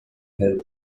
hält